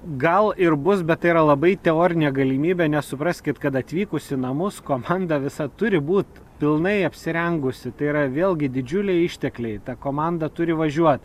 gal ir bus bet tai yra labai teorinė galimybė nesupraskit kad atvykus į namus komanda visa turi būt pilnai apsirengusi tai yra vėlgi didžiuliai ištekliai ta komanda turi važiuot